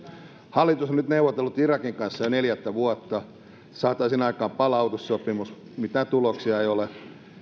hallitus on nyt neuvotellut irakin kanssa jo neljättä vuotta että saataisiin aikaan palautussopimus mitään tuloksia ei ole